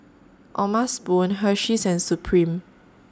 O'ma Spoon Hersheys and Supreme